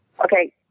Okay